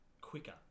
quicker